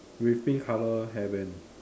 with pink color hair band